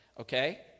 okay